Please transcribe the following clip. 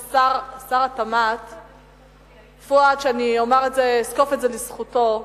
ששר התמ"ת פואד, ואני אזקוף את זה לזכותו,